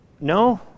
No